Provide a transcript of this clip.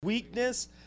Weakness